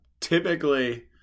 typically